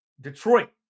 Detroit